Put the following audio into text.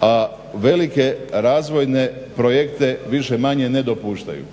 a velike razvojne projekte više-manje ne dopuštaju.